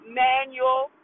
manual